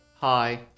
Hi